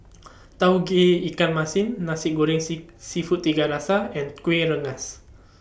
Tauge Ikan Masin Nasi Goreng Sit Seafood Tiga Rasa and Kueh Rengas